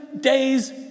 days